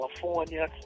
California